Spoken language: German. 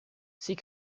sie